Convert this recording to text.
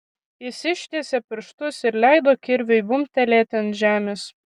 jis ištiesė pirštus ir leido kirviui bumbtelėti ant žemės